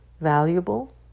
valuable